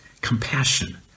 compassion